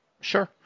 Sure